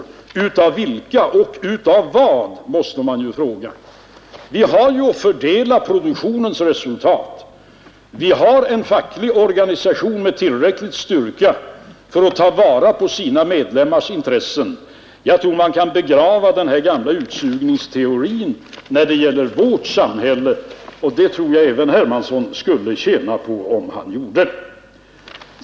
Utsugna av vilka och av vad, måste man ju fråga. Vi har att fördela produktionens resultat. Vi har en facklig organisation med tillräcklig styrka för att ta vara på sina medlemmars intressen. Jag tror att man kan begrava den här gamla utsugningsteorin när det gäller vårt samhälle, och det tror jag även herr Hermansson i Stockholm skulle tjäna på om han gjorde.